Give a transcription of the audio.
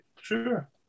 sure